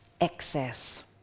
excess